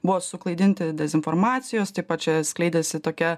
buvo suklaidinti dezinformacijos taip pat čia skleidėsi tokia